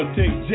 take